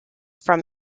from